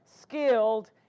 skilled